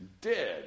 dead